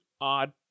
odd